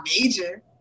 major